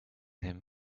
him